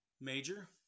major